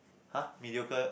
!huh! mediocre